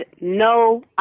no